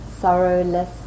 Sorrowless